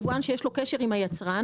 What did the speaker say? יבואן שיש לו קשר עם היצרן,